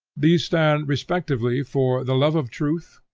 these stand respectively for the love of truth,